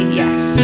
yes